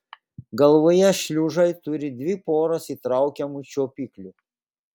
galvoje šliužai turi dvi poras įtraukiamų čiuopiklių